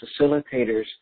facilitators